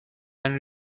and